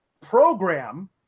program